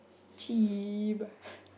cheap